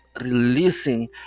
releasing